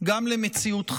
גם למציאות חיינו.